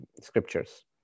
scriptures